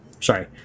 Sorry